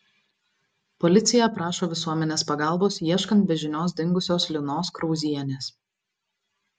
policija prašo visuomenės pagalbos ieškant be žinios dingusios linos krauzienės